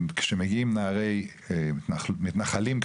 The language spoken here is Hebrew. כשמגיעים מתנחלים,